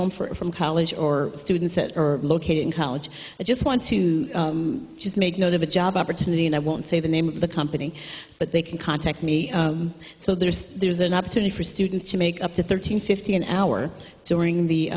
home for from college or students that are located in college i just want to just make note of a job opportunity and i won't say the name of the company but they can contact me so there's there's an opportunity for students to make up to thirteen fifty an hour so wearing the